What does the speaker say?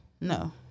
No